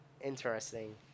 interesting